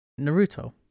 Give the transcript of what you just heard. Naruto